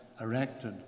erected